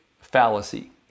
fallacy